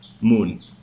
moon